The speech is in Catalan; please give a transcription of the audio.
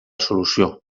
solució